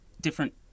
different